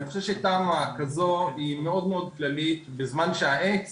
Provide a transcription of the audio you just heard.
אני חושב שתמ"א כזו היא מאוד כללית בזמן שהעץ